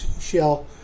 shell